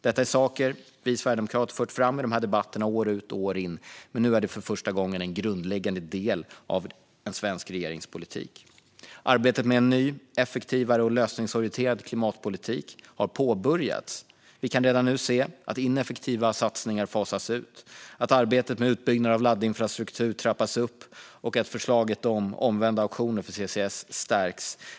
Detta är saker vi sverigedemokrater har fört fram i debatter år ut och år in, men nu är de för första gången en grundläggande del av en svensk regerings politik. Arbetet med en ny, effektivare och lösningsorienterad klimatpolitik har påbörjats. Vi kan redan nu se att ineffektiva satsningar fasas ut, att arbetet med utbyggnad av laddinfrastruktur trappas upp och att förslaget om omvända auktioner för CCS stärks.